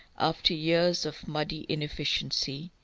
after years of muddy inefficiency,